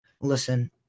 listen